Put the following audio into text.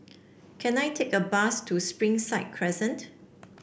can I take a bus to Springside Crescent